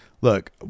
look